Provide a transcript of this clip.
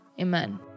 amen